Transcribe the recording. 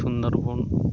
Sundarban